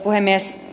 puhemies